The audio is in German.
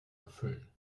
erfüllen